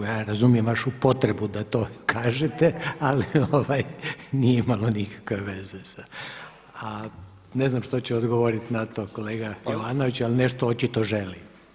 Ja razumijem vašu potrebu da to kažete ali nije imalo nikakve veze a ne znam što će odgovoriti na to kolega Jovanović ali nešto očito želi.